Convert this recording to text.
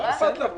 זה לא המישור שלי.